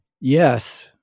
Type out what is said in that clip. yes